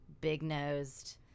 big-nosed